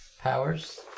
powers